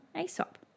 Aesop